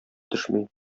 төшми